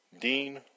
Dean